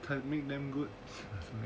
can make them good